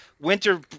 Winter